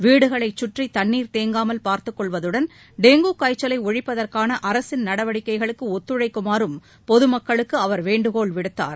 வீடுகளைச் கற்றி தண்ணீர் தேங்காமல் பார்த்துக் கொள்வதுடன் டெங்கு காய்ச்சலை ஒழிப்பதற்கான அரசின் நடவடிக்கைகளுக்கு ஒத்துழைக்குமாறும் பொதுமக்களுக்கு அவர் வேண்டுகோள் விடுத்தார்